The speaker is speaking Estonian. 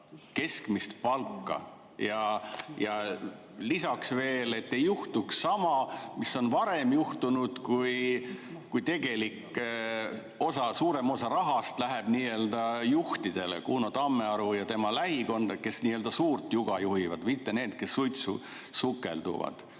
keskmist palka? Ja lisaks, [kuidas teha], et ei juhtuks sama, mis on varem juhtunud, kui tegelikult suurem osa rahast on läinud juhtidele, Kuno Tammearule ja tema lähikonda, kes n‑ö suurt juga juhivad, mitte neile, kes suitsu sukelduvad?